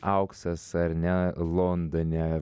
auksas ar ne londone